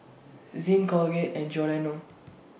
Zinc Colgate and Giordano